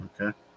Okay